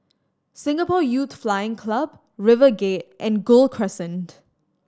Singapore Youth Flying Club River Gate and Gul Crescent